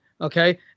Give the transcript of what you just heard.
Okay